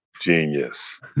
genius